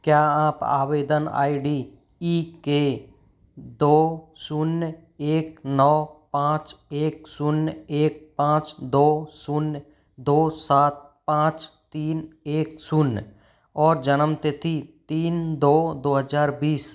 क्या आप आवेदन आई डी ई के दो शून्य एक नौ पाँच एक शून्य एक पाँच दो शून्य दो सात पाँच तीन एक शून्य और जन्मतिथि तीन दो दो हज़ार बीस